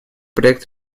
проект